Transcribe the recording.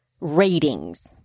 ratings